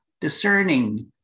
discerning